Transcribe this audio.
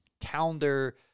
calendar